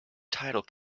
title